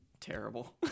Terrible